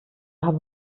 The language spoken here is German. habe